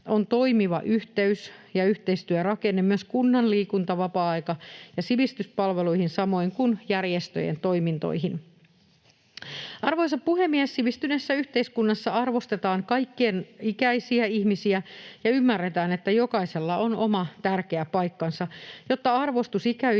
on toimiva yhteys ja yhteistyörakenne myös kunnan liikunta‑, vapaa-aika‑ ja sivistyspalveluihin samoin kuin järjestöjen toimintoihin. Arvoisa puhemies! Sivistyneessä yhteiskunnassa arvostetaan kaiken ikäisiä ihmisiä ja ymmärretään, että jokaisella on oma tärkeä paikkansa. Jotta arvostus